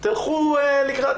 תלכו לקראת,